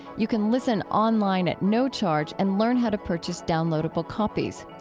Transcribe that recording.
you can listen online at no charge and learn how to purchase downloadable copies.